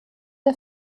der